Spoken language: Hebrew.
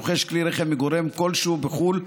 הרוכש כלי רכב מגורם כלשהו בחו"ל,